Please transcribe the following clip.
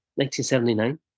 1979